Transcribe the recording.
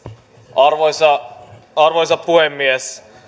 arvoisa puhemies